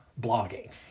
blogging